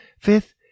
Fifth